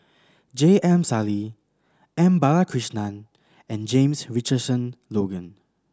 J M Sali M Balakrishnan and James Richardson Logan